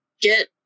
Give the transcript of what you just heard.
get